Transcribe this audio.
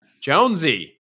Jonesy